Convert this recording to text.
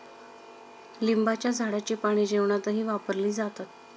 लिंबाच्या झाडाची पाने जेवणातही वापरले जातात